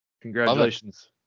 Congratulations